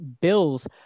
Bills